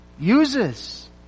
uses